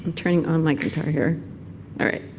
and turning on my guitar here. all right.